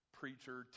preacher